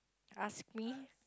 ask me